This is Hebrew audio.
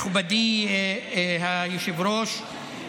מכובדי היושב-ראש,